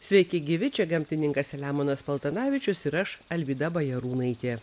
sveiki gyvi čia gamtininkas selemonas paltanavičius ir aš alvyda bajarūnaitė